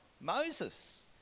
Moses